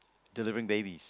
delivering babies